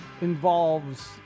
involves